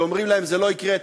שאומרים להם: זה לא יקרה,